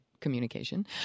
communication